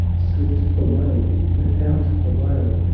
slipt away without a wail,